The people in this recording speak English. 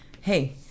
hey